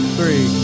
three